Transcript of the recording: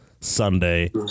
Sunday